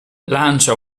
lancia